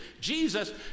Jesus